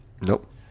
Nope